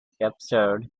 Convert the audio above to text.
captured